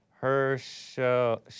Herschel